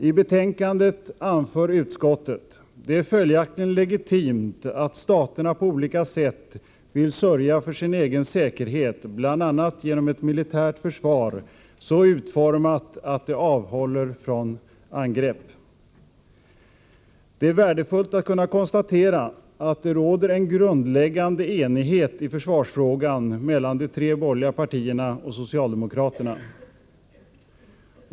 I betänkandet anför utskottet: ”Det är följaktligen legitimt att staterna på olika sätt vill sörja för sin egen säkerhet, bl.a. genom ett militärt försvar som är så utformat att det avhåller från angrepp.” Det är värdefullt att kunna konstatera att det råder en grundläggande enighet i försvarsfrågan mellan de tre borgerliga partierna och socialdemokraterna.